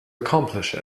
accomplish